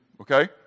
okay